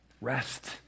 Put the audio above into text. Rest